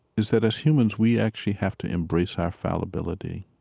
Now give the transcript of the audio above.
is that, as humans, we actually have to embrace our fallibility.